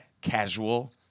Casual